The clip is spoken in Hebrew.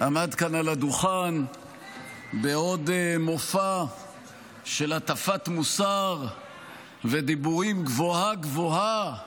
עמד כאן על הדוכן בעוד מופע של הטפת מוסר ודיבורים גבוהה-גבוהה על,